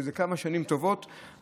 בעוד כמה שנים טובות,